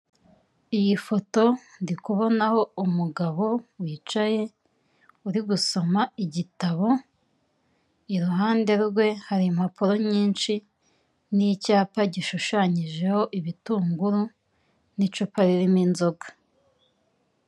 Iyi foto ndikubonaho umugabo wicaye uri gusoma igitabo, iruhande rwe hari impapuro nyinshi, n'icyapa gishushanijeho ibitunguru, n'icupa ririho inzoga.